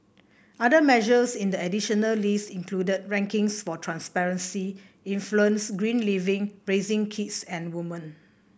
other measures in the additional list included rankings for transparency influence green living raising kids and women